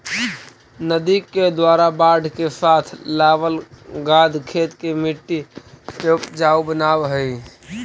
नदि के द्वारा बाढ़ के साथ लावल गाद खेत के मट्टी के ऊपजाऊ बनाबऽ हई